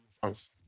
France